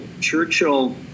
Churchill